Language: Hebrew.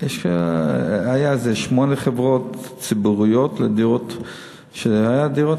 היו איזה שמונה חברות ציבוריות לדירות להשכרה.